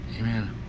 Amen